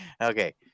okay